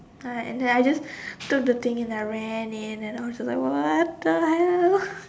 ya and then I just took the thing and I ran in and I was like what the hell